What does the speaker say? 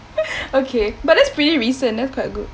okay but that's pretty recent that's quite good